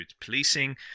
policing